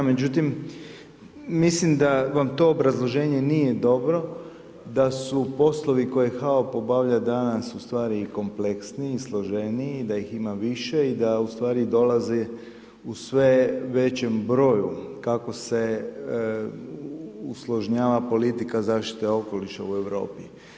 Međutim, mislim da vam to obrazloženje nije dobro, da su poslovi koje HAOP obavlja danas u stvari i kompleksniji i složeniji i da ih ima više i da u stvari dolazi u sve većem broju kako se usložnjava politika zaštite okoliša u Europi.